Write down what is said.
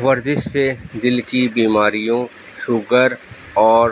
ورزش سے دل کی بیماریوں شوگر اور